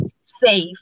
safe